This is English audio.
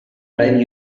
drive